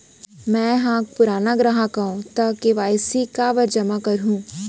मैं ह पुराना ग्राहक हव त के.वाई.सी काबर जेमा करहुं?